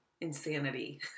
insanity